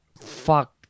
fuck